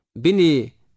Bini